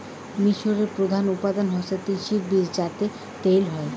মিশরে প্রধান উৎপাদন হসে তিসির বীজ যাতে তেল হই